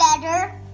better